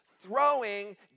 throwing